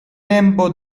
lembo